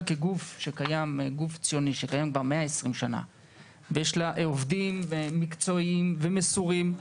כגוף ציוני שקיים כבר 120 שנה ויש לו עוברים מקצועיים ומסורים,